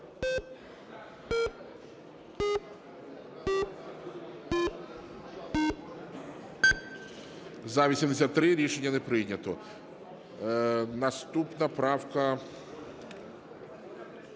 За-83 Рішення не прийнято. Наступна правка